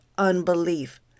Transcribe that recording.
Unbelief